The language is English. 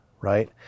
right